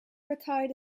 retired